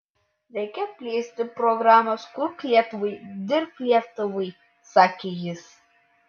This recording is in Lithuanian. reikia plėsti programas kurk lietuvai dirbk lietuvai sakė jis